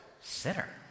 sinner